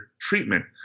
treatment